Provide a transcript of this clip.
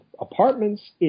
apartments